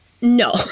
no